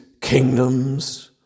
kingdoms